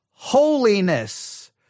Holiness